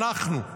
אנחנו,